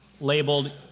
labeled